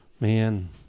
Man